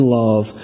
love